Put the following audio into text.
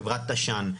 חברת עשן,